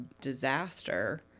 disaster